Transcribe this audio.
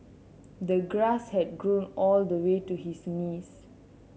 the grass had grown all the way to his knees